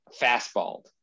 fastballed